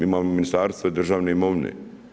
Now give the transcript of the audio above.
Imamo ministarstva i državne imovine.